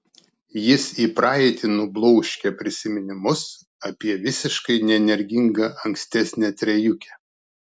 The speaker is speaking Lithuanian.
jis į praeitį nubloškia prisiminimus apie visiškai neenergingą ankstesnę trejukę